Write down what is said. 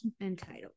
entitled